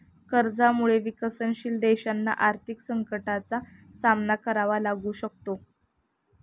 कर्जामुळे विकसनशील देशांना आर्थिक संकटाचा सामना करावा लागू शकतो